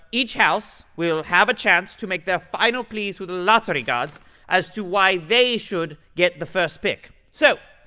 each house will have a chance to make their final plea to the lottery gods as to why they should get the first pick. so,